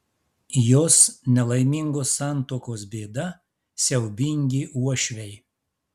jos nelaimingos santuokos bėda siaubingi uošviai